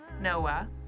Noah